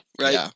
right